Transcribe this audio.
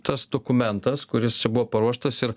tas dokumentas kuris čia buvo paruoštas ir